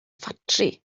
ffatri